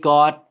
God